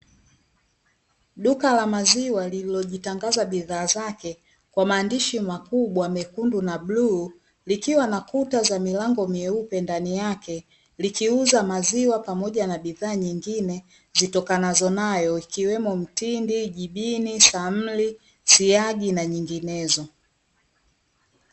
Duka la maziwa lililojitangaza bidhaa zake kwa maandishi makubwa, mekundu, na buluu, likiwa na kuta za milango myeupe ndani yake likiuza maziwa pamoja na bidhaa nyingine zitokanazonayo ikiwemo mtindi, jibini, samli, siagi na nyinginezo.